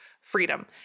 freedom